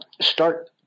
Start